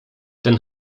ten